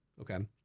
Okay